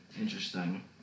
Interesting